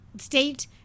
state